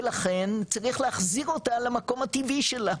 ולכן צריך להחזיר אותה אל המקום הטבעי שלה.